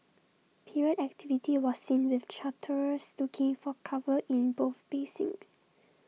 period activity was seen with charterers looking for cover in both basins